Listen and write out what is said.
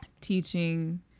teaching